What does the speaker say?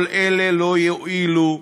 כל אלה לא יועילו,